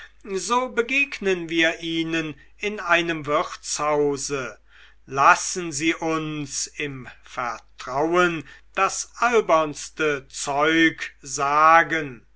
so begegnen wir ihnen in einem wirtshause lassen sie uns im vertrauen das albernste zeug sagen